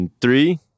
three